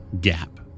gap